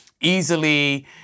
easily